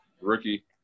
rookie